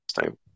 time